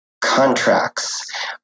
contracts